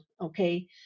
okay